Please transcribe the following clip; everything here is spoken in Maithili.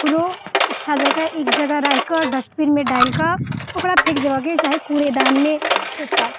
ओकरो अच्छा जकाँ एक जगह राखिके डस्टबिनमे डालि कऽ ओकरा फेक देबऽ के चाही कूड़ेदानमे फेक कऽ